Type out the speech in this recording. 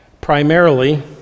primarily